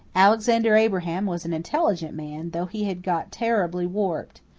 alexander abraham was an intelligent man, though he had got terribly warped.